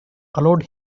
allowed